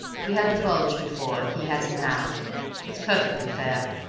we had the bulge before he has it now it's perfectly fair.